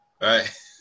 Right